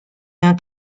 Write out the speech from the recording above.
d’un